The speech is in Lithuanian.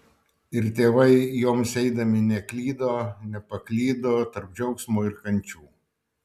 ir tėvai joms eidami neklydo nepaklydo tarp džiaugsmo ir kančių